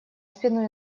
спину